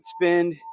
spend